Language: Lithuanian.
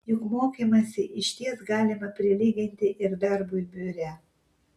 juk mokymąsi išties galima prilyginti ir darbui biure